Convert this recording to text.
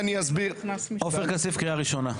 עופר כסיף, קריאה ראשונה.